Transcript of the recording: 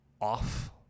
off